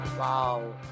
Wow